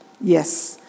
Yes